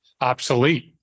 obsolete